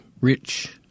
rich